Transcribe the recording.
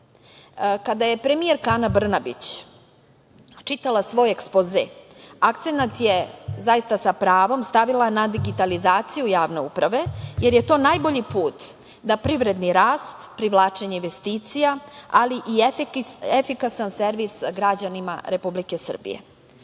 je premijerka Ana Brnabić čitala svoj ekspoze akcenat je zaista sa pravom stavila na digitalizaciju javne uprave, jer je to najbolji put da privredni rast, privlačenje investicija ali i efikasan servis građanima Republike Srbije.U